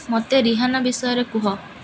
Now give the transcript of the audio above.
ମୋତେ ରିହାନା ବିଷୟରେ କୁହ